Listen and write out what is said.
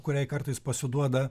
kuriai kartais pasiduoda